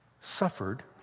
suffered